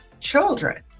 children